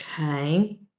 Okay